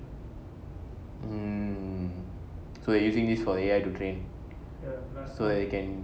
(mm)so they are using this for A_I to train so I can